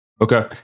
okay